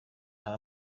hari